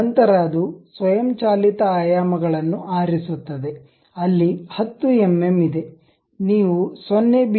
ನಂತರ ಅದು ಸ್ವಯಂಚಾಲಿತ ಆಯಾಮಗಳನ್ನು ಆರಿಸುತ್ತದೆ ಅಲ್ಲಿ 10 ಎಂಎಂ ಇದೆ ನೀವು 0